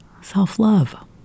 self-love